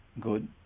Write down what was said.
good